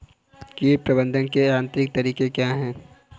कीट प्रबंधक के यांत्रिक तरीके क्या हैं?